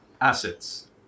assets